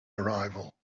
arrival